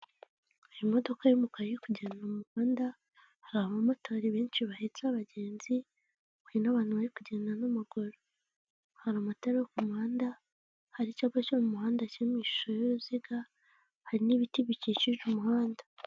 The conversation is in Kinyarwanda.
Hari imodoka y'umukara yo kujyanwa muhanda hari abamotari benshi bahetse abagenzih bahuye n'abantu bari kugenda n'amaguru. Hari amatara yo ku muhanda hari icyapa cyo mu muhanda kiri mu ishusho y'uruziga hari n'ibiti bikikije umuhanda.